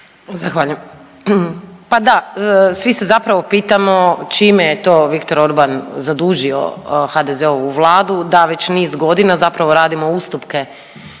Zahvaljujem. Pa da, svi se zapravo pitamo čime je to Viktor Organ zadužio HDZ-ovu Vladu da već niz godina zapravo radimo ustupke